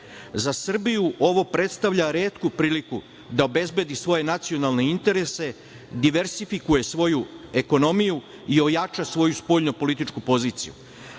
Za Srbiju ovo predstavlja retku priliku da obezbedi svoje nacionalne interese, diversifikuje svoju ekonomiju i ojača svoju spoljno-političku poziciju.